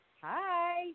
Hi